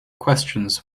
questions